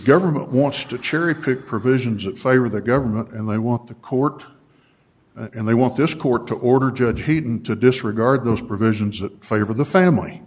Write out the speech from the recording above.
government wants to cherry pick provisions that favor the government and they want the court and they want this court to order judge heaton to disregard those provisions that favor the family